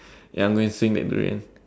ya I'm going swing that durian